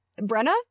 Brenna